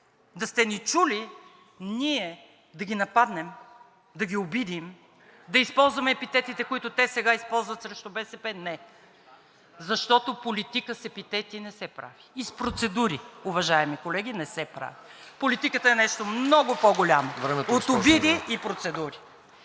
Да сте ни чули ние да ги нападнем, да ги обидим, да използваме епитетите, които те сега използват срещу БСП? Не! Защото политика с епитети не се прави, и с процедури, уважаеми колеги, не се прави. (Ръкопляскания от „БСП за България“.) Политиката е нещо много по-голямо от обиди и процедури.